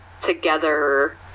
together